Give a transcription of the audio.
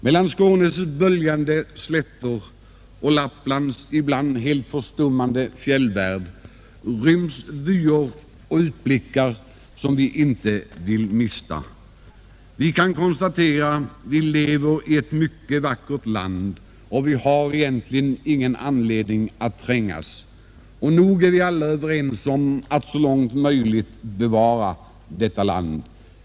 Mellan Skånes böljande slätter och Lapplands ibland helt förstummande fjällvärld ryms vyer och utblickar som vi inte vill mista. Vi kan konstatera att vi lever i ett mycket vackert land, och vi har egentligen ingen anledning att trängas. Och nog är vi alla överens om att så långt möjligt bevara detta land.